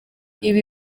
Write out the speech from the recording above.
ibi